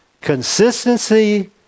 Consistency